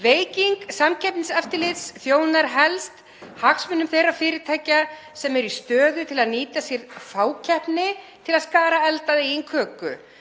„Veiking samkeppniseftirlits þjónar helst hagsmunum þeirra fyrirtækja sem eru í stöðu til að nýta sér fákeppni til að skara eld að eigin köku.